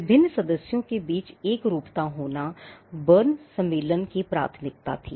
विभिन्न सदस्यों के बीच एकरूपता होना बर्न सम्मेलन प्राथमिकता थी